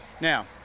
Now